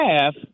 half